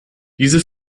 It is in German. diese